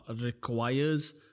requires